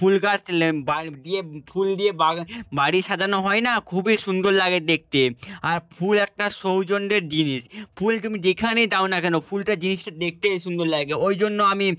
ফুল গাছ দিয়ে ফুল দিয়ে বাড়ি সাজানো হয় না খুবই সুন্দর লাগে দেখতে আর ফুল একটা সৌন্দর্যের জিনিস ফুল তুমি যেখানেই দাও না কেন ফুলটা জিনিসটা দেখতে সুন্দর লাগে ওই জন্য আমি